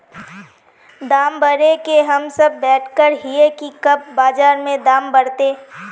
दाम बढ़े के हम सब वैट करे हिये की कब बाजार में दाम बढ़ते?